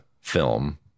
film